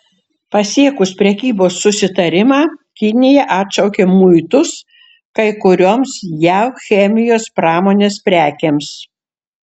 pasiekus prekybos susitarimą kinija atšaukė muitus kai kurioms jav chemijos pramonės prekėms